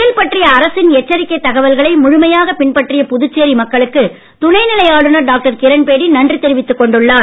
புயல் பற்றிய அரசின் எச்சரிக்கை தகவல்களை முழுமையாக பின்பற்றிய புதுச்சேரி மக்களுக்கு துணைநிலை ஆளுநர் டாக்டர் கிரண்பேடி நன்றி தெரிவித்துக் கொண்டுள்ளார்